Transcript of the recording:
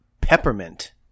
peppermint